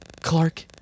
Clark